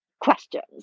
questions